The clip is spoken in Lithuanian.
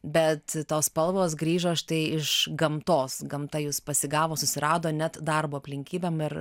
bet tos spalvos grįžo štai iš gamtos gamta jus pasigavo susirado net darbo aplinkybėm ir